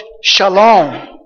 shalom